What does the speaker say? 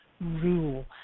rule